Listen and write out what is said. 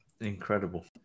Incredible